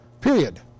Period